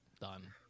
done